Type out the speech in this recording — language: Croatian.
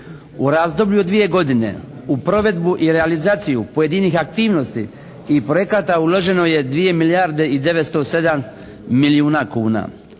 U razdoblju od dvije godine u provedbu i realizaciju pojedinih aktivnosti i projekata uloženo je 2 milijarde i 907 milijuna kuna.